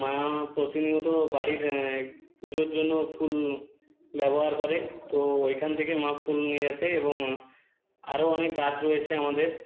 মা প্রতিনিয়ত বাড়ির পুজোর জন্য ফুল ব্যবহার করে তো এখান থেকে মা ফুল নিয়ে আসে এবং আরও অনেক গাছ রয়েছে আমাদের